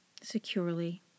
securely